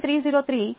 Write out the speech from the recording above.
అందువల్ల 2